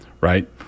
right